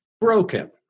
broken